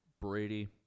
Brady